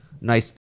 nice